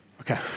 Okay